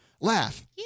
laugh